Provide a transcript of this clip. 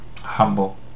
humble